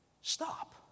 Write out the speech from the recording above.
Stop